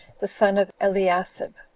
the son of eliasib,